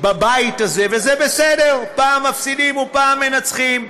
בבית הזה, וזה בסדר, פעם מפסידים ופעם מנצחים,